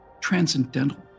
transcendental